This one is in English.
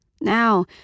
Now